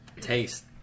taste